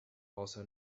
also